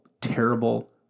terrible